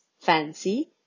Fancy